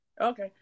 Okay